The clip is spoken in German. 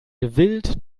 gewillt